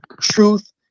truth